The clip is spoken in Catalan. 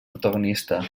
protagonista